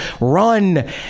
run